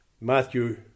Matthew